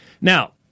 Now